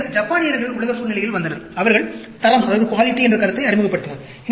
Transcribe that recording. பின்னர் ஜப்பானியர்கள் உலக சூழ்நிலையில் வந்தனர் அவர்கள் தரம் என்ற கருத்தை அறிமுகப்படுத்தினர்